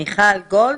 מיכל גולד?